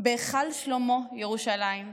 בהיכל שלמה, ירושלים,